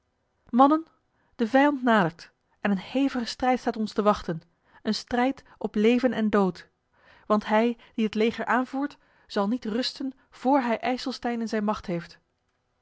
mannen de vijand nadert en een hevige strijd staat ons te wachten een strijd op leven en dood want hij die het leger aanvoert zal niet rusten voor hij ijselstein in zijne macht heeft